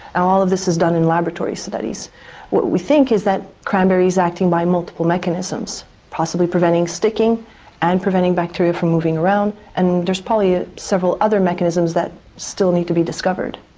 and all of this is done in laboratory studies what we think is that cranberry is acting by multiple mechanisms, possibly preventing sticking and preventing bacteria from moving around, and there are probably ah several other mechanisms that still need to be discovered.